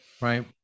Right